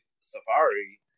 Safari